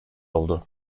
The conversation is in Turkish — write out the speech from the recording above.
oldu